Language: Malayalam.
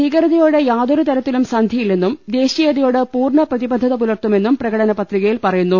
ഭീകരതയോട് യാതൊരു തരത്തിലും സന്ധിയില്ലെന്നും ദേശീയതയോട് പൂർണ്ണ പ്രതിബദ്ധത പുലർത്തുമെന്നും പ്രക ടനപത്രികയിൽ പറയുന്നു